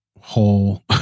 whole